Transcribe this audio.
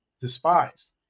despised